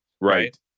Right